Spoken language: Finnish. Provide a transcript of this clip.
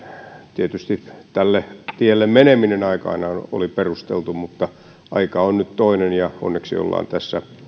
tietysti tälle tielle meneminen aikoinaan oli perusteltua mutta aika on nyt toinen ja onneksi ollaan tässä